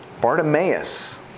Bartimaeus